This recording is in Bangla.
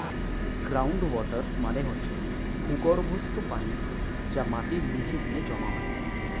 গ্রাউন্ড ওয়াটার মানে হচ্ছে ভূগর্ভস্থ পানি যা মাটির নিচে গিয়ে জমা হয়